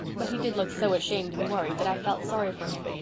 but he did look so ashamed and worried that i felt sorry for him,